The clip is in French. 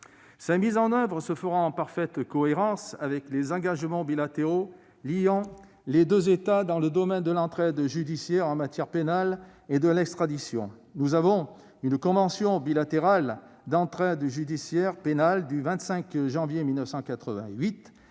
sera mis en oeuvre en parfaite cohérence avec les engagements bilatéraux liant nos deux États dans le domaine de l'entraide judiciaire en matière pénale et d'extradition : la convention bilatérale d'entraide judiciaire pénale du 25 janvier 1988